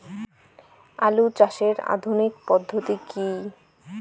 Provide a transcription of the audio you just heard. আলু চাষের আধুনিক পদ্ধতি কি?